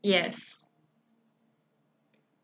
yes